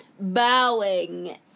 bowing